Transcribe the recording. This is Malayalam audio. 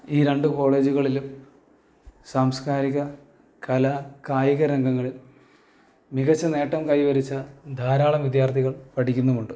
ഈ രണ്ട് കോളേജുകളിലും സാംസ്കാരിക കല കായിക രംഗങ്ങളിൽ മികച്ച നേട്ടം കൈവരിച്ച ധാരാളം വിദ്യാർത്ഥികൾ പഠിക്കുന്നുമുണ്ട്